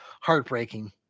heartbreaking